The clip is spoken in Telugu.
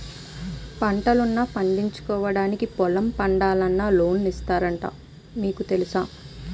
పంటల్ను పండించుకోవడానికి పొలం పండాలన్నా లోన్లు ఇస్తున్నారట నీకు తెలుసా?